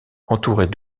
entourés